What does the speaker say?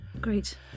great